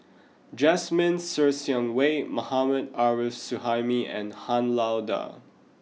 Jasmine Ser Xiang Wei Mohammad Arif Suhaimi and Han Lao Da